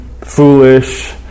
foolish